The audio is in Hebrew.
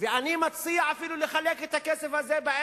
אני מציע אפילו לחלק את הכסף הזה,